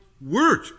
word